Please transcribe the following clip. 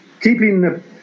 keeping